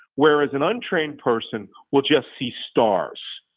whereas an untrained person will just see stars,